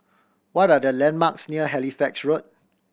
what are the landmarks near Halifax Road